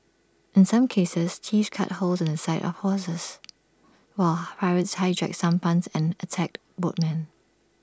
in some cases thieves cut holes in the side of houses while pirates hijacked sampans and attacked boatmen